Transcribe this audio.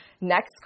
Next